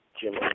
Jim